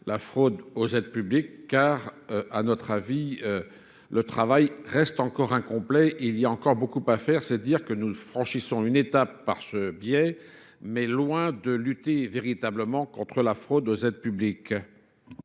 la fraude aux aides publiques car, à notre avis, le travail reste encore incomplet. Il y a encore beaucoup à faire. C'est dire que nous franchissons une étape par ce biais, mais loin de lutter véritablement contre la fraude aux aides publiques.